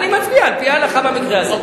אני מצביע על-פי ההלכה במקרה הזה.